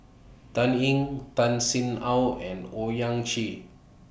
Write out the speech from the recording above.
Dan Ying Tan Sin Aun and Owyang Chi